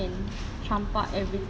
campak everything